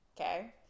Okay